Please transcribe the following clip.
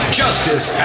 justice